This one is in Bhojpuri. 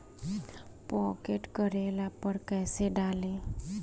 पॉकेट करेला पर कैसे डाली?